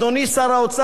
לפתור מזמן.